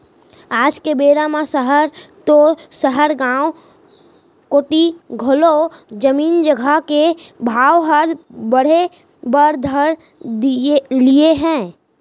आज के बेरा म सहर तो सहर गॉंव कोती घलौ जमीन जघा के भाव हर बढ़े बर धर लिये हे